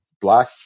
black